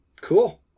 Cool